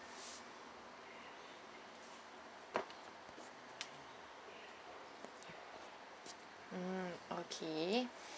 mm okay